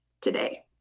today